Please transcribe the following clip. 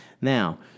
now